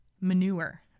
manure